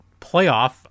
playoff